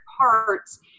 parts